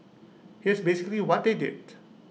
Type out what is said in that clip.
here's basically what they did